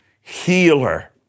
healer